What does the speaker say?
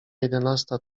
jedenasta